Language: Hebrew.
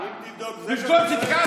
אם תבדוק,